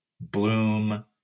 bloom